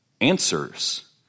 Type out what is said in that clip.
answers